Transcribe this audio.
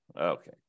okay